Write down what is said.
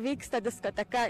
vyksta diskoteka